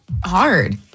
hard